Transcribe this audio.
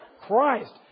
Christ